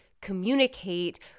communicate